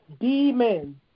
demons